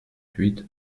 huit